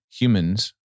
Humans